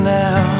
now